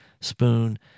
spoon